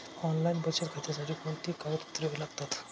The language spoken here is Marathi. ऑनलाईन बचत खात्यासाठी कोणती कागदपत्रे लागतात?